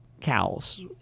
cows